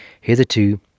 hitherto